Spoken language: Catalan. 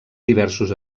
diversos